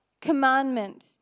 commandment